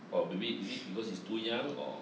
oh maybe is it because is too young or